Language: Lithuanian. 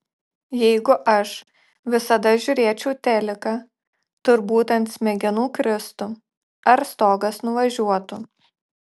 jeigu aš visada žiūrėčiau teliką turbūt ant smegenų kristų ar stogas nuvažiuotų